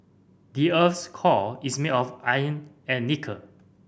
the earth's core is made of iron and nickel